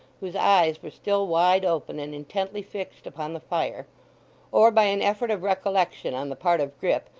whose eyes were still wide open and intently fixed upon the fire or by an effort of recollection on the part of grip,